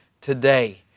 today